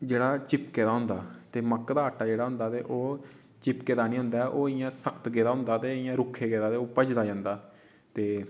जेह्ड़ा चिपके दा होंदा ते मक्क दा आटा जेह्ड़ा होंदा ते ओह् चिपके दा नि होंदा ऐ ओह् इयां सख्त गेदा होंदा ऐ ते इटयां रुक्खे गेदा ते ओह् भजदा जन्दा